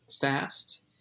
fast